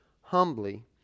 humbly